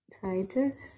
Titus